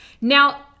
Now